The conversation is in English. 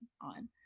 on